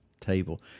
table